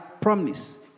promise